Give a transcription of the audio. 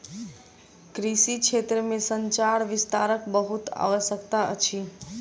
कृषि क्षेत्र में संचार विस्तारक बहुत आवश्यकता अछि